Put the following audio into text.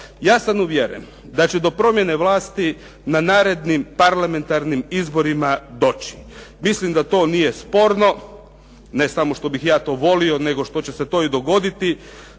Ja sam uvjeren da će do promjene vlasti na narednim parlamentarnim izborima doći. Mislim da to nije sporno, ne samo što bih ja to volio nego što će se to i dogoditi.